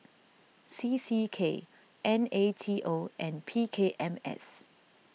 C C K N A T O and P K M S